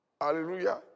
Hallelujah